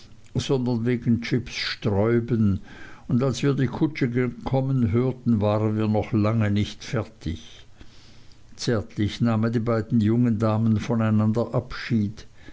sondern wegen jips sträuben und als wir die kutsche kommen hörten waren wir noch lange nicht fertig zärtlich nahmen die beiden jungen damen von einander abschied